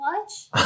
watch